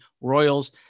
Royals